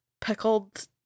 Pickled